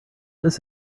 this